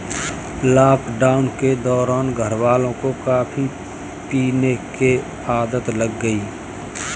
lockdown के दौरान घरवालों को कॉफी पीने की आदत लग गई